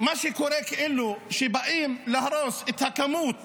מה שקורה, שכאילו באים להרוס, כמות